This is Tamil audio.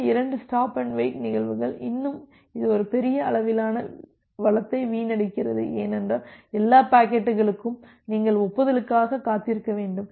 இந்த இரண்டு ஸ்டாப் அண்டு வெயிட் நிகழ்வுகள் இன்னும் இது ஒரு பெரிய அளவிலான வளத்தை வீணடிக்கிறது ஏனென்றால் எல்லா பாக்கெட்டுகளுக்கும் நீங்கள் ஒப்புதலுக்காக காத்திருக்க வேண்டும்